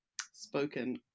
spoken